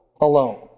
alone